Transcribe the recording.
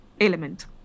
element